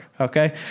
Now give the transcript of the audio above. okay